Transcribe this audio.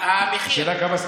המחיר?